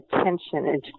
attention